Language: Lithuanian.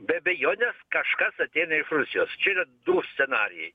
be abejonės kažkas ateina iš rusijos čia yra du scenarijai